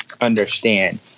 understand